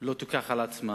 לא תיקח על עצמה